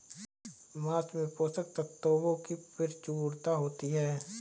माँस में पोषक तत्त्वों की प्रचूरता होती है